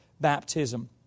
baptism